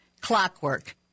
Clockwork